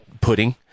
pudding